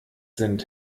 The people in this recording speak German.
sind